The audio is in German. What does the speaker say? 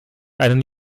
einen